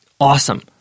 Awesome